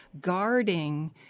guarding